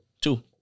two